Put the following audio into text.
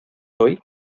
hoy